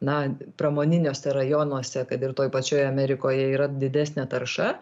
na pramoniniuose rajonuose kad ir toj pačioj amerikoje yra didesnė tarša